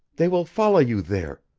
they will follow you there.